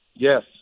yes